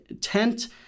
tent